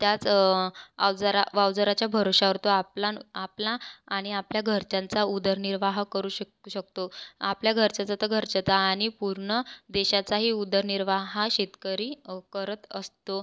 त्याच अवजारा वावजाराच्या भरवशावर तो आपला आणि आपला आणि आपल्या घरच्यांचा उदरनिर्वाह करू शक शकतो आपल्या घरचं जर तर घरचं तर आणि पूर्ण देशाचाही उदरनिर्वाह शेतकरी करत असतो